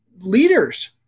leaders